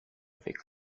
avec